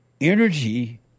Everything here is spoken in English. Energy